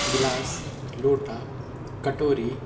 गिलास लोटा कटोरी